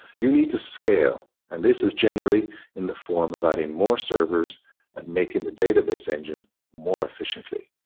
you need to scale. and this is generally in the form of adding more servers and making the database engine more efficiently,